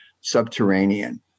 subterranean